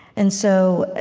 and so,